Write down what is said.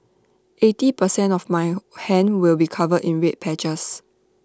eighty per cent of my hand will be covered in red patches